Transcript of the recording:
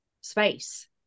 space